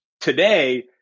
today